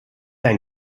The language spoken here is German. ein